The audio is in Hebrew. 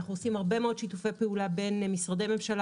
אנחנו עושים הרבה מאוד שיתופי פעולה בין משרדי ממשלה